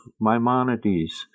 Maimonides